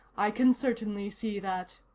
i can certainly see that.